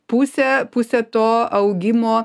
pusę pusę to augimo